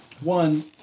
One